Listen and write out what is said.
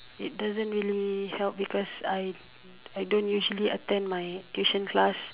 it doesn't really help because I I don't usually attend my tuition class